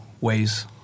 ways